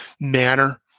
manner